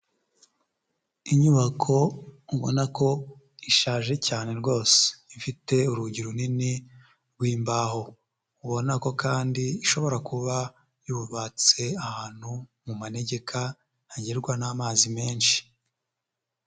Inyubako ubona ko ishaje cyane rwose ifite urugi runini rw'imbaho, ubona ko kandi ishobora kuba yubatse ahantu mu manegeka hagerwa n'amazi menshi.